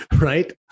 right